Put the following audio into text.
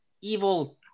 evil